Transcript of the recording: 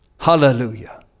hallelujah